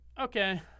okay